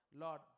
Lord